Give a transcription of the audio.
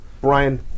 Brian